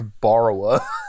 borrower